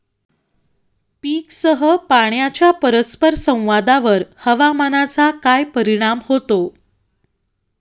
पीकसह पाण्याच्या परस्पर संवादावर हवामानाचा काय परिणाम होतो?